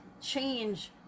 change